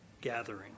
gathering